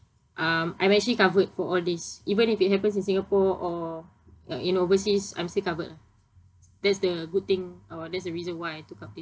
um I'm actually covered for all these even if it happens in singapore or uh in overseas I'm still covered ah that's the good thing or that's the reason why I took up this